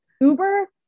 Uber